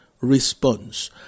response